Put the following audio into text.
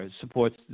supports